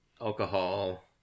alcohol